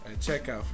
checkout